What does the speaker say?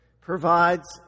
provides